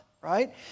right